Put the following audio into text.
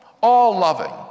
all-loving